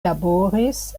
laboris